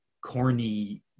corny